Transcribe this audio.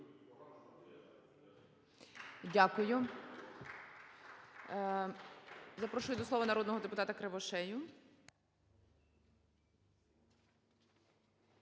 Дякую. Запрошую до слова народного депутатаКривошею.